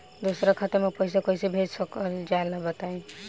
दोसरा खाता में पईसा कइसे भेजल जाला बताई?